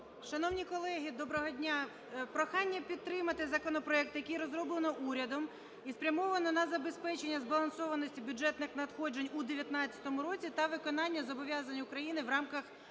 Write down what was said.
Шановні колеги, доброго дня! Прохання підтримати законопроект, який розроблено урядом і спрямовано на забезпечення збалансованості бюджетних надходжень у 2019 році та виконання зобов'язань України в рамках